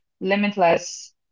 limitless